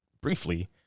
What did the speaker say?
briefly